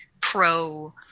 pro